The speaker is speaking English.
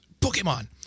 Pokemon